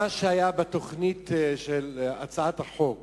מה שהיה בתוכנית של הצעת חוק